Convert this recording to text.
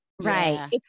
right